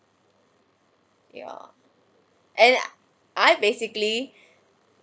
ya and I basically